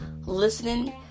listening